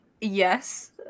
Yes